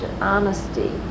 honesty